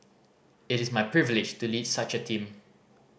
it is my privilege to lead such a team